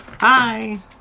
Bye